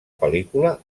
pel·lícula